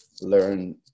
learn